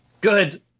Good